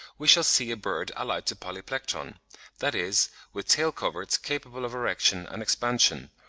we shall see a bird allied to polyplectron that is, with tail-coverts, capable of erection and expansion,